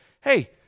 hey